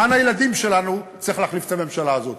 למען הילדים שלנו, צריך להחליף את הממשלה הזאת.